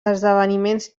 esdeveniments